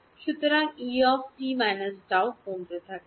সুতরাং E t τ কমতে থাকে